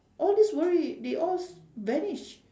all this worry they all s~ vanish